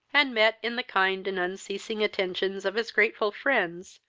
and met, in the kind and unceasing attentions of his grateful friends,